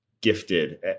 gifted